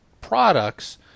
products